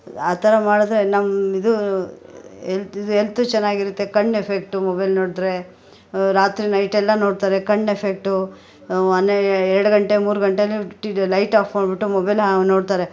ಆ ಥರ ಮಾಡಿದ್ರೆ ನಮ್ಮ ಇದು ಹೆಲ್ತಿದು ಎಲ್ತು ಚೆನ್ನಾಗಿರುತ್ತೆ ಕಣ್ಣು ಎಫೆಕ್ಟು ಮೊಬೈಲ್ ನೋಡಿದ್ರೆ ರಾತ್ರಿ ನೈಟೆಲ್ಲ ನೋಡ್ತಾರೆ ಕಣ್ಣು ಎಫೆಕ್ಟು ಒನೇ ಎರ್ಡು ಗಂಟೆ ಮೂರು ಗಂಟೆಲಿ ಲೈಟ್ ಆಫ್ ಮಾಡಿಬಿಟ್ಟು ಮೊಬೈಲ ನೋಡ್ತಾರೆ